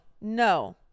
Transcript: No